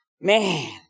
man